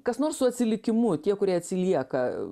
kas nors su atsilikimu tie kurie atsilieka